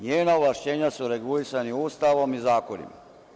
Njena ovlašćenja su regulisana Ustavom i zakonima.